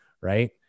right